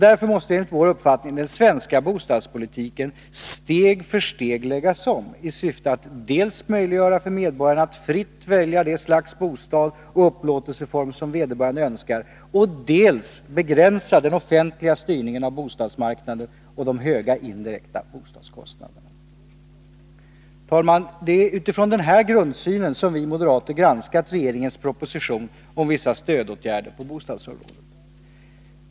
Därför måste den svenska bostadspolitiken enligt vår uppfattning steg för steg läggas om, i syfte att dels möjliggöra för medborgarna att fritt välja det slags bostad och upplåtelseform som vederbörande önskar, dels begränsa den offentliga styrningen av bostadsmarknaden och de höga indirekta bostadskostnaderna. Herr talman! Det är utifrån denna grundsyn som vi moderater har granskat regeringens proposition om vissa stödåtgärder på bostadsområdet.